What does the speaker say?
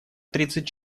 тридцать